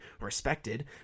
respected